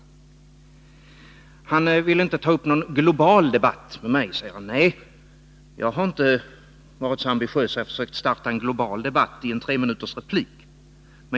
Han vill inte ta upp en global debatt med mig, säger han. Nej, jag har inte varit så ambitiös att jag har försökt starta en global debatt i en treminuters replik.